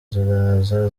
ziraza